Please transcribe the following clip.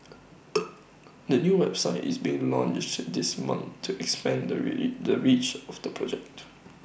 the new website is being launched this month to expand the really the reach of the project